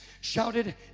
shouted